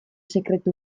sekretu